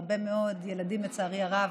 הרבה מאוד ילדים, לצערי הרב,